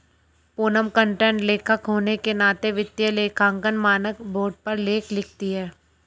Poonam content लेखक होने के नाते वित्तीय लेखांकन मानक बोर्ड पर लेख लिखती है